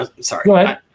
Sorry